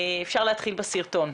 אפשר להתחיל בסרטון.